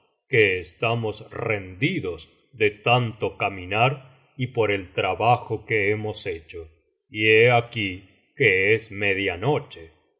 que estamos rendidos de tanto caminar y por el trabajo que hemos hecho y he aquí que es